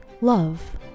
love